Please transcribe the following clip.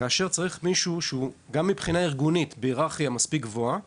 כאשר צריך מישהו שנמצא בהיררכיה מספיק גבוהה